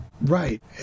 Right